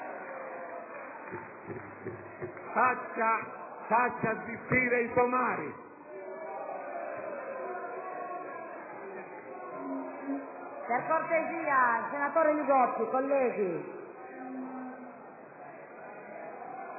faccia zittire i somari!